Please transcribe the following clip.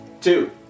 Two